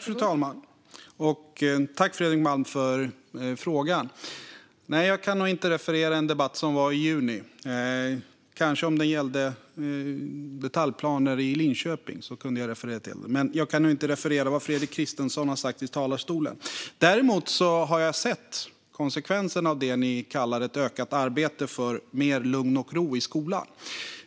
Fru talman! Jag tackar Fredrik Malm för frågan. Nej, jag kan nog inte referera en debatt som var i juni, men kanske om den gällde detaljplaner i Linköping. Men jag kan inte referera vad Fredrik Christensson har sagt i riksdagens talarstol. Däremot har jag sett konsekvenserna av det som ni kallar ett ökat arbete för mer lugn och ro i skolan.